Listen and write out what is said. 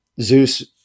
Zeus